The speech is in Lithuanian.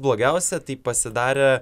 blogiausia tai pasidarė